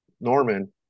norman